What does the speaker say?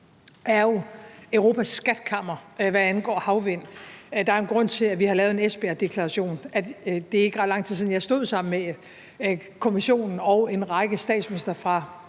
er jo Europas skatkammer, hvad angår havvind. Der er en grund til, at vi har lavet en Esbjergdeklaration. Det er ikke ret lang tid siden, jeg stod sammen med Kommissionen og en række statsministre fra